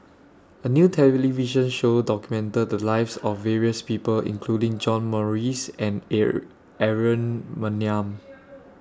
A New television Show documented The Lives of various People including John Morrice and Air Aaron Maniam